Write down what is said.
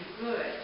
good